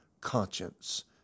conscience